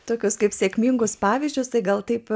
tokius kaip sėkmingus pavyzdžius tai gal taip